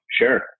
Sure